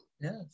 Yes